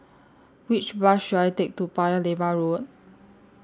Which Bus should I Take to Paya Lebar Road